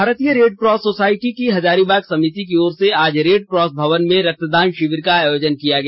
भारतीय Red Cross Society की हजारीबाग समिति की ओर से आज रेड क्रॉस भवन में रक्तदान शिविर का आयोजन किया गया